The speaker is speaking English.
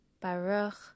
Baruch